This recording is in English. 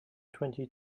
twenty